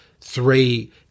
three